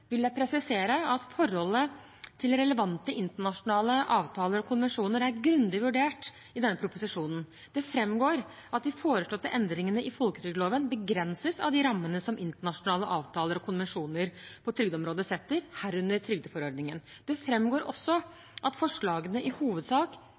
vil jeg presisere at forholdet til relevante internasjonale avtaler og konvensjoner er grundig vurdert i denne proposisjonen. Det framgår at de foreslåtte endringene i folketrygdloven begrenses av de rammene som internasjonale avtaler og konvensjoner på trygdeområdet setter – herunder trygdeforordningen. Det